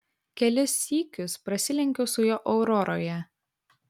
kelis sykius prasilenkiau su juo auroroje